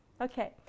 Okay